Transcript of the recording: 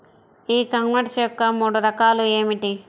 E commerce యొక్క మూడు రకాలు ఏమిటి?